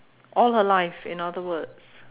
all her life in other words